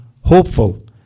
hopeful